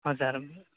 ହଁ ସାର୍